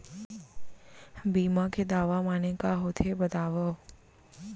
बीमा के दावा माने का होथे बतावव?